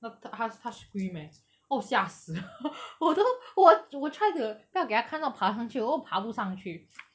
but the 她她 scream eh oh 吓死 我真的我我 try to 不要给她看到爬上去 but 我爬不上去